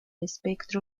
espectro